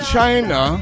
China